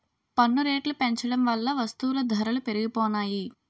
పన్ను రేట్లు పెంచడం వల్ల వస్తువుల ధరలు పెరిగిపోనాయి